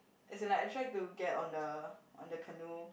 as in like I tried to get on the on the canoe